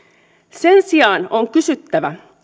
sen sijaan on kysyttävä